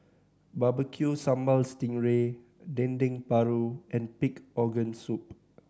Barbecue Sambal sting ray Dendeng Paru and pig organ soup